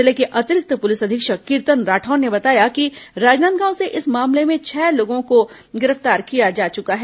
जिले के अतिरिक्त पुलिस अधीक्षक कीर्तन राठौर ने बताया कि राजनांदगांव से इस मामले में छह लोगों को गिरफ्तार किया जा चुका है